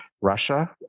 Russia